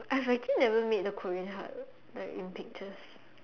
I've actually never make the Korean heart like in pictures